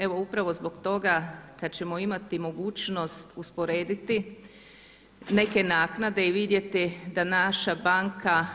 Evo upravo zbog toga kad ćemo imati mogućnost usporediti neke naknade i vidjeti da naša banka